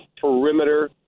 perimeter